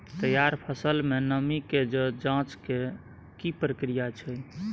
तैयार फसल में नमी के ज जॉंच के की प्रक्रिया छै?